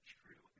true